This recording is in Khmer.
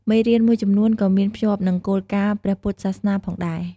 មេរៀនមួយចំនួនក៍មានភ្ជាប់និងគោលការណ៍ព្រះពុទ្ធសាសនាផងដែរ។